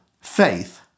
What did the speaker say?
faith